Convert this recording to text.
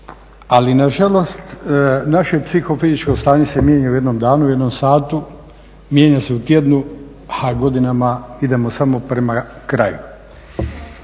ali nažalost naše psihofizičko stanje se mijenja u jednom danu, u jednom satu, mijenja se u tjednu a godinama idemo samo prema kraju.